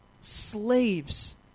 slaves